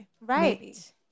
right